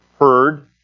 heard